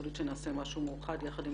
יכול להיות שנעשה משהו מאוחד יחד עם